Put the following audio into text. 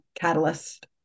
catalyst